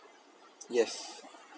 yes